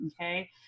Okay